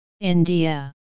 India